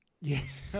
Yes